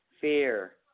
fear